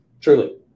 Truly